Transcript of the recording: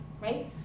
right